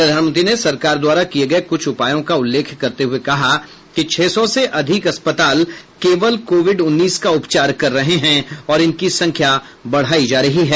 प्रधानमंत्री ने सरकार द्वारा किये गये कुछ उपायों का उल्लेख करते हुए कहा कि छह सौ से अधिक अस्पताल केवल कोविड उन्नीस का उपचार कर रहे हैं और इनकी संख्या बढ़ाई जा रही है